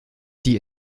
die